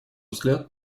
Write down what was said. взгляд